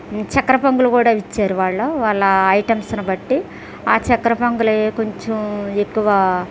చక్కెర పొంగల్ కూడా ఇచ్చారు వాళ్ళు వాళ్ళ ఐటమ్స్ను బట్టి ఆ చక్కెర పొంగలి కొంచెం ఎక్కువ